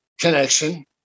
connection